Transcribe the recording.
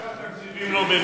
יש לך תקציבים לא מנוצלים.